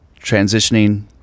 transitioning